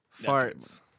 Farts